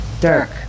Dirk